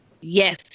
Yes